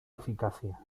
eficacia